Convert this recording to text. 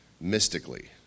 mystically